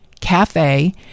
cafe